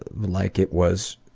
like it was